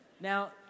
Now